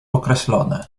określone